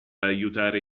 aiutare